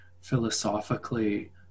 philosophically